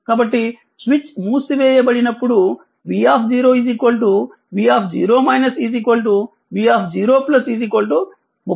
కాబట్టి స్విచ్ మూసివేయబడినప్పుడు v v v0 30 volt